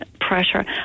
pressure